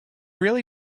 really